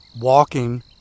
walking